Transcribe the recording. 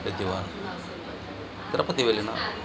ప్రతి వారు తిరుపతి వెళ్ళిన